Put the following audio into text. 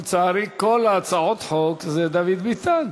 לצערי, כל הצעות החוק זה דוד ביטן.